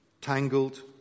tangled